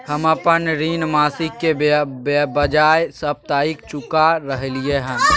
हम अपन ऋण मासिक के बजाय साप्ताहिक चुका रहलियै हन